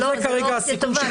זו גם לא אופציה טובה,